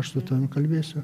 aš su tavim kalbėsiu